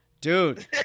dude